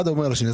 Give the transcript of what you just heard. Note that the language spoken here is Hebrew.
אחד אומר לשני,